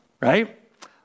right